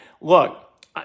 Look